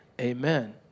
amen